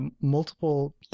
multiple